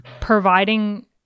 providing